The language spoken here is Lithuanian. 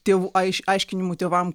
tėvų aiš aiškinimu tėvam